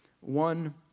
one